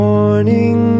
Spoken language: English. Morning